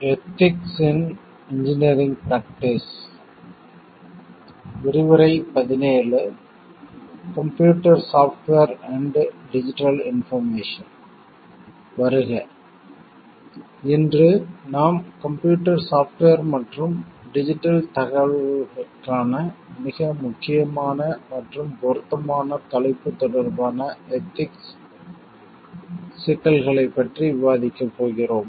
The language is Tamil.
வருக இன்று நாம் கம்ப்யூட்டர் சாப்ட்வேர் மற்றும் டிஜிட்டல் தகவல்களுக்கான மிக முக்கியமான மற்றும் பொருத்தமான தலைப்பு தொடர்பான எதிக்ஸ் சிக்கல்களைப் பற்றி விவாதிக்கப் போகிறோம்